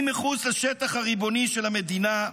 וחיים מחוץ לשטח הריבוני של המדינה,